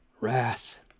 wrath